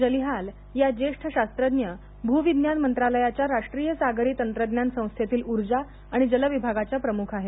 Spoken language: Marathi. जलिहाल या ज्येष्ठ शास्त्र भूविज्ञान मंत्रालयाच्या राष्ट्रीय सांगरी तंत्रज्ञान संस्थेतील ऊर्जा आणि जल विभागाच्या प्रमुख आहेत